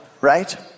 right